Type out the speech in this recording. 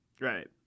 Right